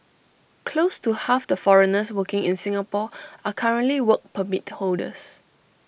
close to half the foreigners working in Singapore are currently Work Permit holders